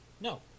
No